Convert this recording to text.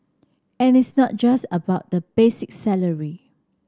and it's not just about the basic salary